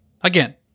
Again